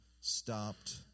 stopped